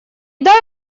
дай